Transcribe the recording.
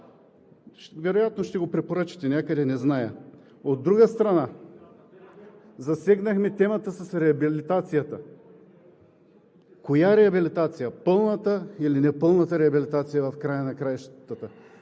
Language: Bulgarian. Вероятно ще го препоръчате някъде, не зная?! От друга страна, засегнахме темата с реабилитацията. Коя реабилитация – пълната или непълната реабилитация, в края на краищата?